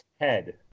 head